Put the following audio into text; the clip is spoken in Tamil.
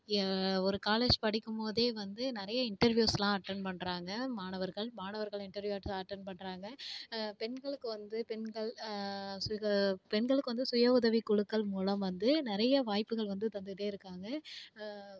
ய ஒரு காலேஜ் படிக்கும்போதே வந்து நிறைய இன்டர்வியூஸ்லாம் அட்டெண்ட் பண்ணுறாங்க மாணவர்கள் மாணவர்கள் இன்டர்வியூ அட் அட்டெண்ட் பண்ணுறாங்க பெண்களுக்கு வந்து பெண்கள் சுக பெண்களுக்கு வந்து சுய உதவிக் குழுக்கள் மூலம் வந்து நிறைய வாய்ப்புகள் வந்து தந்துகிட்டே இருக்காங்க